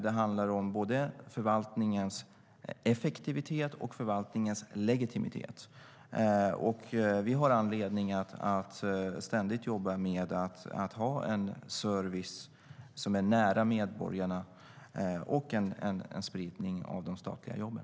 Det handlar om både förvaltningens effektivitet och förvaltningens legitimitet. Vi har anledning att ständigt jobba med att ha en service som är nära medborgarna och en spridning av de statliga jobben.